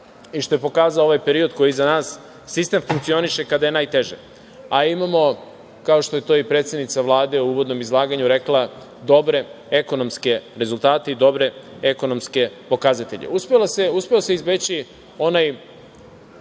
i što je pokazao ovaj period koji je iza nas - sistem funkcioniše kada je najteže, a imamo, kao što je to i predsednica Vlade u uvodnom izlaganju rekla, dobre ekonomske rezultate i dobre ekonomske pokazatelje. Uspeo se izbeći onaj